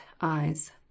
EYES